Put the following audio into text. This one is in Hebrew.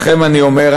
לכם אני אומר,